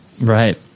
right